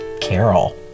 carol